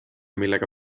millega